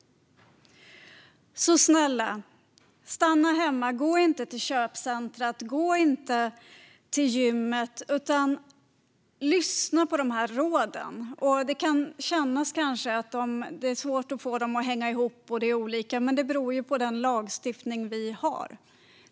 Så snälla - stanna hemma! Gå inte till köpcentret! Gå inte till gymmet! Lyssna på de här råden! Det kan kännas svårt att få dem att hänga ihop, men det beror på den lagstiftning vi har.